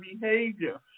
behavior